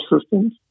systems